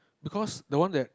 because the one that